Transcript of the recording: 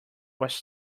was